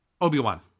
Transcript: Obi-Wan